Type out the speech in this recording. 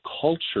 culture